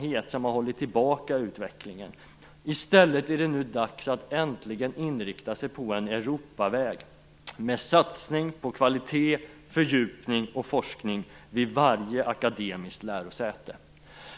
Utvecklingen har alltså hållits tillbaka. Nu är det i stället dags att äntligen inrikta sig på en Europaväg med satsning på kvalitet, fördjupning och forskning vid varje akademiskt lärosäte.